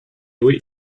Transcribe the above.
wait